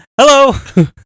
Hello